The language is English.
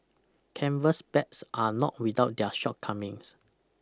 Canvas bags are not without their shortcomings